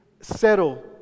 settle